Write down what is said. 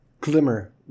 Glimmer